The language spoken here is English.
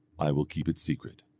i will keep it secret.